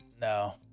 No